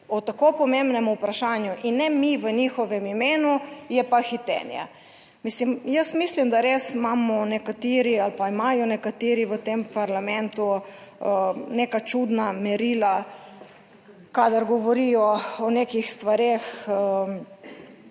o tako pomembnem vprašanju in ne mi v njihovem imenu je pa hitenje. Mislim, jaz mislim, da res imamo nekateri ali pa imajo nekateri v tem parlamentu neka čudna merila kadar govorijo o nekih stvareh,